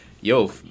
yo